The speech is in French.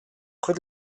rue